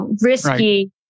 risky